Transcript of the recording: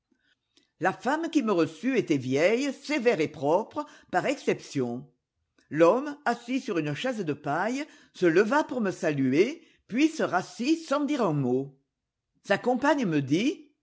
la femme qui me reçut était vieille sévère et propre par exception l'homme assis sur une chaise de paille se leva pour me saluer puis se rassit sans dire un mot sa compagne me dit